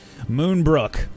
Moonbrook